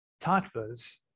tattvas